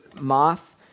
moth